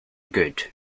good